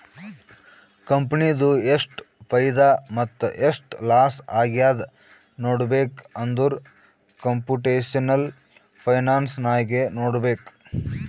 ಕಂಪನಿದು ಎಷ್ಟ್ ಫೈದಾ ಮತ್ತ ಎಷ್ಟ್ ಲಾಸ್ ಆಗ್ಯಾದ್ ನೋಡ್ಬೇಕ್ ಅಂದುರ್ ಕಂಪುಟೇಷನಲ್ ಫೈನಾನ್ಸ್ ನಾಗೆ ನೋಡ್ಬೇಕ್